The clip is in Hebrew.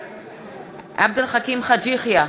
בעד עבד אל חכים חאג' יחיא,